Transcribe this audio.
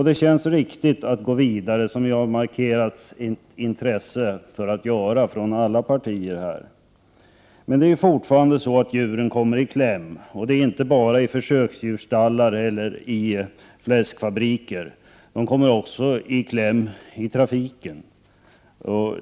Det känns riktigt att gå vidare, vilket alla partier har markerat ett intresse för att göra. Det är fortfarande så att djuren kommer i kläm, inte bara i försöksdjurstallar eller i fläskfabriker, utan också i trafiken.